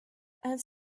and